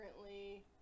currently